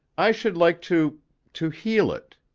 i should like to to heal it.